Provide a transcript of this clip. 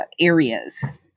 areas